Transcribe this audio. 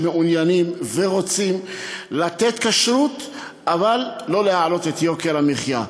שמעוניינים ורוצים לתת כשרות אבל לא להעלות את יוקר המחיה.